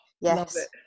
yes